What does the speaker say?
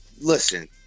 Listen